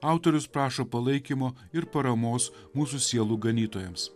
autorius prašo palaikymo ir paramos mūsų sielų ganytojams